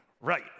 Right